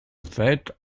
fait